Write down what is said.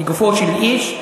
לגופו של איש,